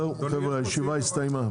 חברים, הישיבה הסתיימה.